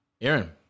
Aaron